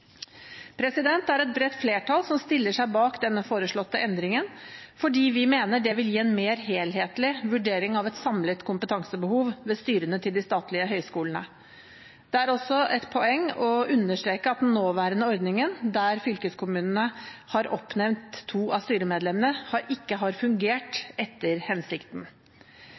fritt grunnlag. Det er et bredt flertall som stiller seg bak den foreslåtte endringen, fordi vi mener det vil gi en mer helhetlig vurdering av et samlet kompetansebehov ved styrene til de statlige høyskolene. Det er også et poeng å understreke at den nåværende ordningen, der fylkeskommunene har oppnevnt to av styremedlemmene, ikke har fungert